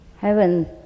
heaven